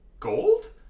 Gold